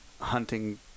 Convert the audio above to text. hunting